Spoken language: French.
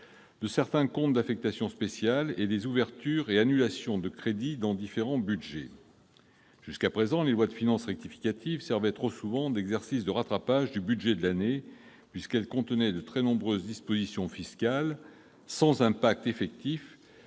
certains comptes d'affectation spéciale et prévoit des ouvertures et annulations de crédits dans différentes missions. Jusqu'à présent, les lois de finances rectificatives servaient trop souvent d'exercice de rattrapage du budget de l'année, puisqu'elles contenaient de très nombreuses dispositions fiscales, sans impact effectif